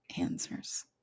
answers